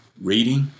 Reading